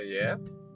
yes